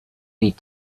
need